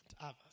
others